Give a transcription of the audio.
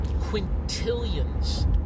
quintillions